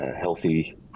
healthy